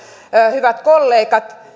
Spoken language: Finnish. hyvät kollegat